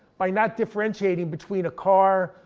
by not differentiating between a car,